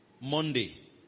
Monday